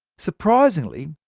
surprisingly,